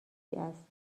است